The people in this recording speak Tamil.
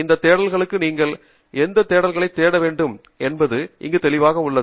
இந்தத் தேடல்களுக்கு நீங்கள் எந்தத் தேடல்களைத் தேட வேண்டும் என்பது இங்கு தெளிவாக உள்ளது